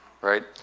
right